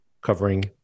covering